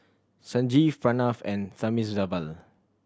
Sanjeev Pranav and Thamizhavel